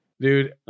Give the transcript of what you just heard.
dude